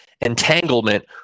entanglement